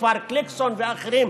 כפר גליקסון ואחרים,